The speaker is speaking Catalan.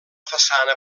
façana